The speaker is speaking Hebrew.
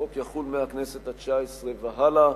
החוק יחול מהכנסת התשע-עשרה והלאה,